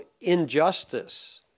injustice